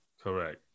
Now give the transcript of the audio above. Correct